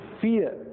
fear